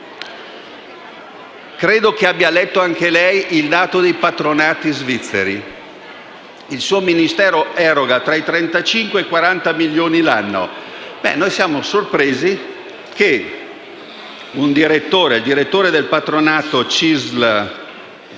Credo abbia letto anche lei il dato dei patronati svizzeri: il suo Ministero eroga tra i 35 e i 40 milioni l'anno. Siamo sorpresi che un direttore del patronato CGIL-INCA